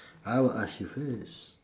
I will ask you first